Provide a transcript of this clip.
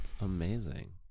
Amazing